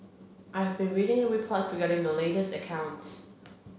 I have been reading the reports regarding the latest accounts